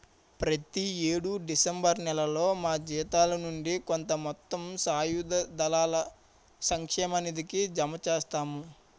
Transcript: ప్రతి యేడు డిసెంబర్ నేలలో మా జీతాల నుండి కొంత మొత్తం సాయుధ దళాల సంక్షేమ నిధికి జమ చేస్తాము